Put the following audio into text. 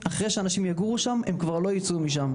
אחרי שאנשים יגורו שם הם כבר לא יצאו משם.